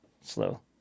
Slow